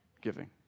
giving